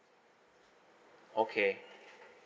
okay